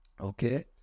Okay